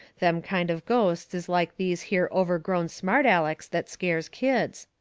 them kind of ghosts is like these here overgrown smart alecs that scares kids.